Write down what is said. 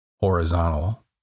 horizontal